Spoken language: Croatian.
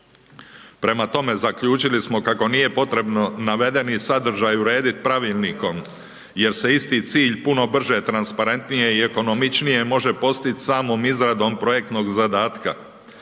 Prema tome, zaključili smo kako nije potrebno navedeni sadržaj uredit pravilnikom jer se isti cilj puno brže transparentnije i ekonomičnije može postić samom izradom projektnog zadatka.